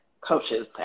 coaches